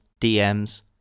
DMs